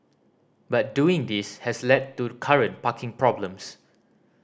but doing this has led to current parking problems